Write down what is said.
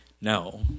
no